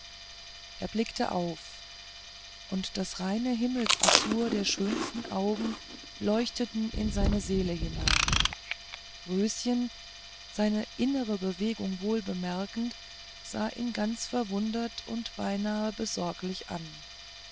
er blickte auf und das reine himmelsazur der schönsten augen leuchtete in seine seele hinein röschen seine innere bewegung wohl bemerkend sah ihn ganz verwundert und beinahe besorglich an